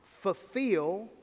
fulfill